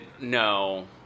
No